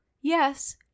Yes